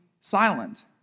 silent